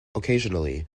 occasionally